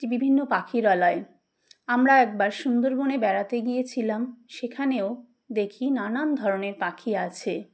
বিভিন্ন পাখিরালয় আমরা একবার সুন্দরবনে বেড়াতে গিয়েছিলাম সেখানেও দেখি নানান ধরনের পাখি আছে